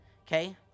Okay